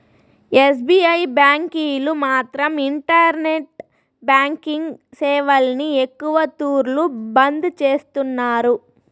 SBI బ్యాంకీలు మాత్రం internet banking సేవల్ని ఎక్కవ తూర్లు బంద్ చేస్తున్నారు